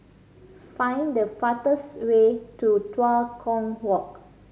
find the fastest way to Tua Kong Walk